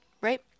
right